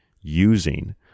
using